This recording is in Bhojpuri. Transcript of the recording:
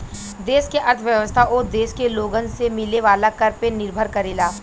देश के अर्थव्यवस्था ओ देश के लोगन से मिले वाला कर पे निर्भर करेला